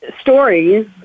stories